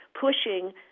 pushing